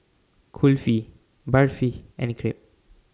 Kulfi Barfi and Crepe